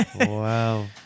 Wow